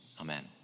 Amen